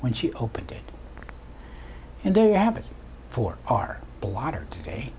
when she opened it and there you have it for our blotter today